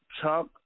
Chuck